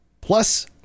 Plus